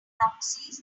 proxies